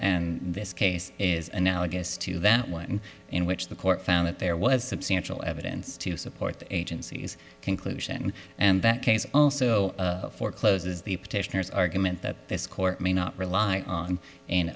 and this case is analogous to that one in which the court found that there was substantial evidence to support the agency's conclusion and that case also forecloses the petitioners argument that this court may not rely on an